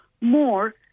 more